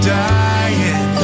dying